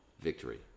victory